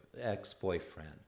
ex-boyfriend